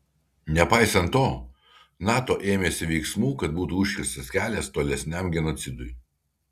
nepaisant to nato ėmėsi veiksmų kad būtų užkirstas kelias tolesniam genocidui